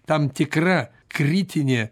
tam tikra kritinė